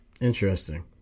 Interesting